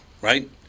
right